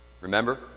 remember